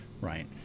Right